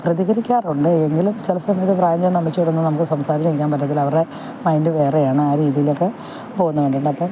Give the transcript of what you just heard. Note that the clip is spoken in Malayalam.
പ്രതികരിക്കാറുണ്ട് എങ്കിലും ചില സമയത്ത് പ്രായം ചെന്ന അമ്മച്ചിയോടൊന്നും നമുക്ക് സംസാരിച്ച് നിൽക്കാൻ പറ്റില്ല അവരുടെ മൈൻഡ് വേറെയാണ് ആ രീതിയിലൊക്കെ പോവുന്നത് കണ്ടിട്ടുണ്ട് അപ്പം